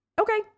Okay